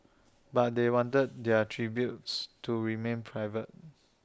but they wanted their tributes to remain private